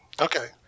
okay